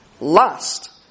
lust